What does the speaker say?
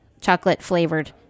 chocolate-flavored